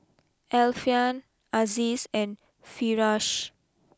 Alfian Aziz and Firash